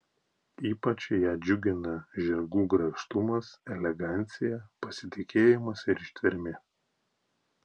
ypač ją džiugina žirgų grakštumas elegancija pasitikėjimas ir ištvermė